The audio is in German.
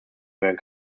werden